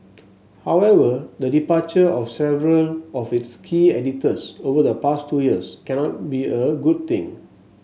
however the departure of several of its key editors over the past two years cannot be a good thing